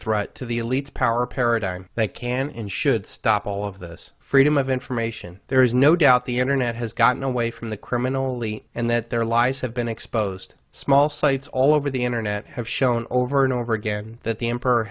threat to the elites power paradigm that can and should stop all of this freedom of information there is no doubt the internet has gotten away from the criminally and that their lies have been exposed small sites all over the internet have shown over and over again that the emp